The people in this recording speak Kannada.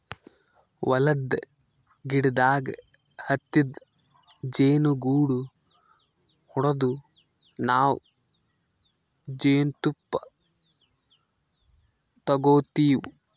ಹೊಲದ್ದ್ ಗಿಡದಾಗ್ ಹತ್ತಿದ್ ಜೇನುಗೂಡು ಹೊಡದು ನಾವ್ ಜೇನ್ತುಪ್ಪ ತಗೋತಿವ್